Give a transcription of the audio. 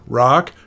rock